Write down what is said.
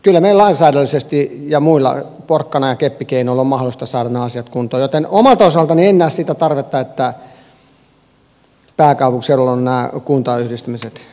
kyllä meillä lainsäädännöllisesti ja porkkana ja keppikeinoilla on mahdollista saada nämä asiat kuntoon joten omalta osaltani en näe sitä tarvetta että pääkaupunkiseudulla olisivat nämä kuntayhdistymiset niinkään tarpeellisia